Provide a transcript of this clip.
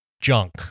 junk